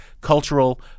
cultural